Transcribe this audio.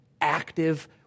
Active